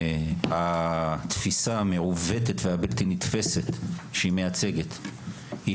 התפיסה המעוותת והבלתי נתפסת שהיא מייצגת היא